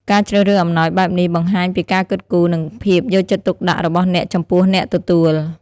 ការជ្រើសរើសអំណោយបែបនេះ បង្ហាញពីការគិតគូរ និងភាពយកចិត្តទុកដាក់របស់អ្នកចំពោះអ្នកទទួល។